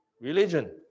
religion